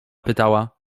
pytała